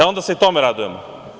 E, onda se i tome radujemo.